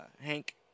Hank